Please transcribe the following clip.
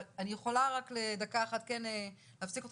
אבל אני יכולה רק לדקה אחת להפסיק אותך?